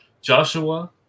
Joshua